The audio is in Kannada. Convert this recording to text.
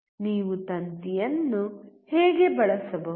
ನೀವು ತಂತಿಯನ್ನು ಹೇಗೆ ಬಳಸಬಹುದು